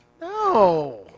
No